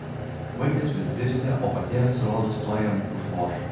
vaikas vis zirzė o patėvis rodos tuoj jam užvoš